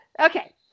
Okay